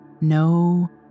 no